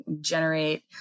generate